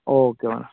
okay മോനെ